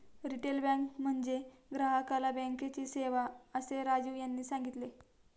retail bank म्हणजे ग्राहकाला बँकेची सेवा, असे राजीव यांनी सांगितले